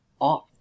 off